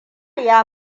ya